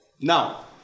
now